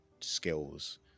skills